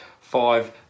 Five